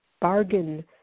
bargain